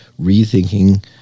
rethinking